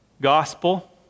gospel